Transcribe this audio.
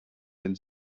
wenn